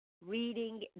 Reading